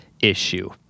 issue